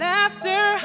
Laughter